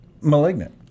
Malignant